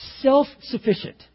self-sufficient